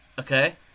Okay